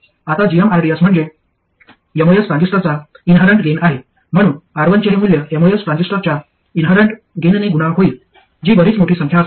आता gmrds म्हणजे MOS ट्रान्झिस्टरचा इन्हेरण्ट गेन आहे म्हणून R1 चे हे मूल्य एमओएस ट्रान्झिस्टरच्या इन्हेरण्ट गेनने गुणा होईल जी बरीच मोठी संख्या असेल